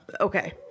Okay